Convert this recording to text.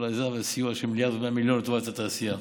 כל עזרה וסיוע של 1.1 מיליארד לטובת התעשייה.